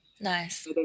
Nice